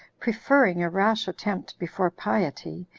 preferring a rash attempt before piety,